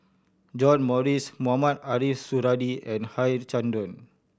John Morrice Mohamed Ariff Suradi and Harichandra